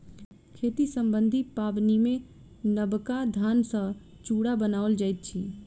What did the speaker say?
खेती सम्बन्धी पाबनिमे नबका धान सॅ चूड़ा बनाओल जाइत अछि